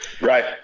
Right